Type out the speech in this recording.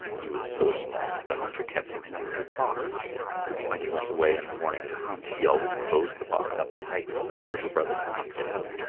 he was so small that the hunter kept him in a little box when he went away in the morning to hunt, he always closed the box up tight so that his little brother could not get out,